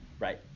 Right